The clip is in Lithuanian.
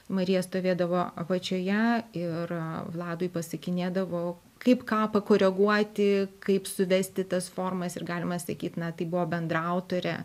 marija stovėdavo apačioje ir vladui pasakinėdavo kaip ką pakoreguoti kaip suvesti tas formas ir galima sakyt na tai buvo bendraautorė